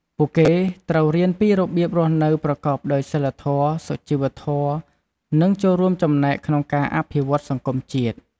ពួកគេត្រូវរៀនពីរបៀបរស់នៅប្រកបដោយសីលធម៌ សុជីវធម៌ និងចូលរួមចំណែកក្នុងការអភិវឌ្ឍន៍សង្គមជាតិ។